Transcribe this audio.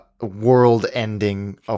world-ending